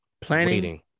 planning